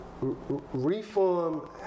Reform